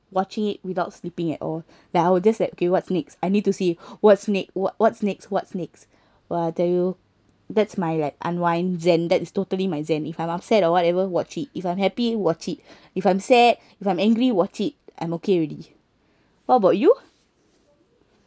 watching it without sleeping at all like I will just like okay what's next I need to see what's next what's next what's next !wah! I tell you that's my like unwind zen that's totally my zen if I'm upset or whatever watch it if I'm happy watch it if I'm sad if I'm angry watch it I'm okay already what about you